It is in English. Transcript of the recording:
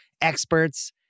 experts